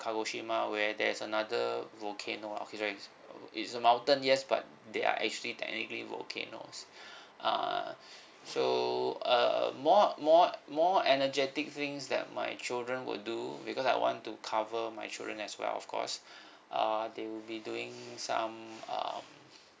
kagoshima where there's another volcano okay sorry it's it's a mountain yes but they are actually technically volcanoes uh so uh more more more energetic things that my children would do because I want to cover my children as well of course uh they would be doing some um